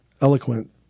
eloquent